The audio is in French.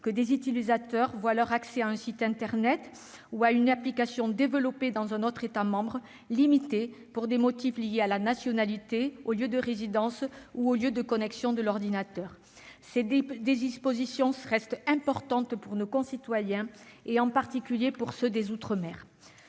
que des utilisateurs voient leur accès à un site internet ou à une application développés dans un autre État membre limité pour des motifs liés à la nationalité, au lieu de résidence ou au lieu de connexion de l'ordinateur. Ces dispositions restent importantes pour nos concitoyens, en particulier pour ceux des outre-mer.